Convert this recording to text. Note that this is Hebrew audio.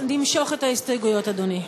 נמשוך את ההסתייגויות, אדוני.